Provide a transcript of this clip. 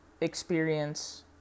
experience